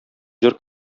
җыр